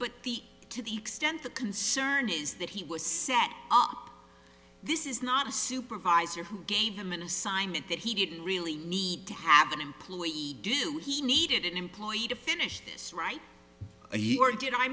the to the extent the concern is that he was set up this is not a supervisor who gave him an assignment that he didn't really need to have an employee do he needed an employee to finish this right he or did i